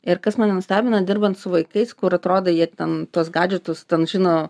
ir kas mane nustebino dirbant su vaikais kur atrodo jie ten tuos gadžetus ten žino